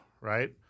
right